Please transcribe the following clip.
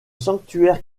sanctuaire